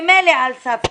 ממילא על סף קריסה,